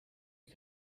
you